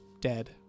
dead